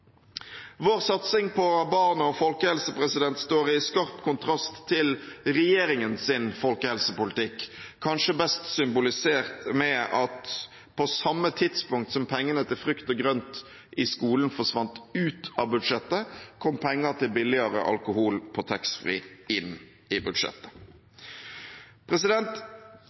Vår satsing på barn og folkehelse står i skarp kontrast til regjeringens folkehelsepolitikk, kanskje best symbolisert ved at på samme tidspunkt som pengene til frukt og grønt i skolen forsvant ut av budsjettet, kom penger til billigere alkohol på taxfree inn i budsjettet.